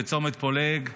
בצומת פולג,